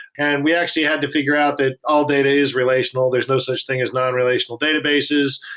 and we actually had to figure out that all data is relational. there's no such thing as non-relational databases.